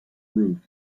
roof